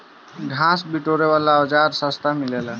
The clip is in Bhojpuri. घास बिटोरे वाला औज़ार सस्ता मिलेला